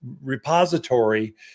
repository